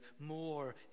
more